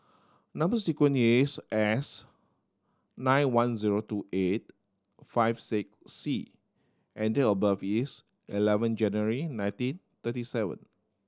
number sequence is S nine one zero two eight five six C and date of birth is eleven January nineteen thirty seven